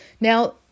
Now